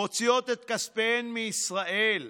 מוציאות את כספיהן מישראל,